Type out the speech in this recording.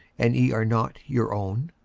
and ye are not your own?